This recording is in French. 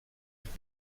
plus